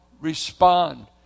respond